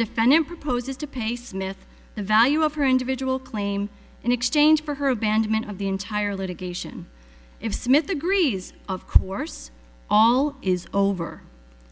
defendant proposes to pay smith the value of her individual claim in exchange for her abandonment of the entire litigation if smith agrees of course all is over